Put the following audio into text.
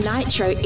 Nitro